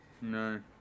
No